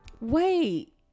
Wait